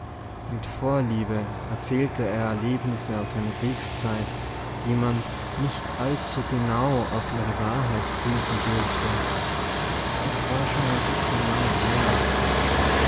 mit vorliebe erzählte er erlebnisse aus seiner kriegszeit die man nicht allzu genau auf ihre wahrheit prüfen durfte es war schon ein bißchen lange her